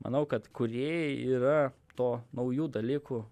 manau kad kūrėjai yra to naujų dalykų